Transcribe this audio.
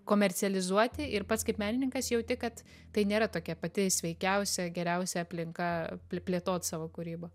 komercializuoti ir pats kaip menininkas jauti kad tai nėra tokia pati sveikiausia geriausia aplinka plėtot savo kūrybą